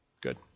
Good